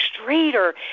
straighter